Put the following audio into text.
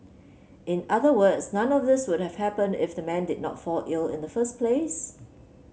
in other words none of these would have happened if the man did not fall ill in the first place